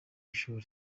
ishuri